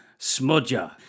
Smudger